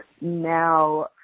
now